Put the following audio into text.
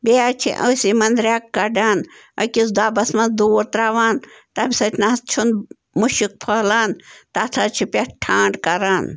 بیٚیہِ حظ چھِ أسۍ یِمَن رٮ۪کہٕ کَڑان أکِس دۄبَس منٛز دوٗر ترٛاوان تَمہِ سۭتۍ نَہ حظ چھُنہٕ مٕشُک پھٔہلان تَتھ حظ چھِ پٮ۪ٹھ ٹھانٛڈ کران